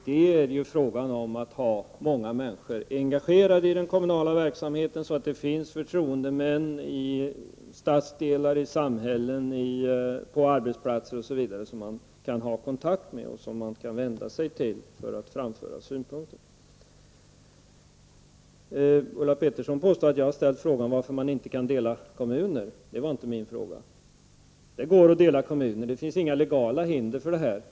Det är fråga om att ha många människor engagerade i den kommunala verksamheten, så att det finns förtroendemän i stadsdelar, i samhället, på arbetsplatser, osv., som man kan ha kontakt med och som man kan vända sig till för att framföra synpunkter. Ulla Pettersson påstod att jag har ställt frågan, varför man inte kan dela kommuner. Det var inte min fråga. Det går att dela kommuner. Det finns inga legala hinder för det.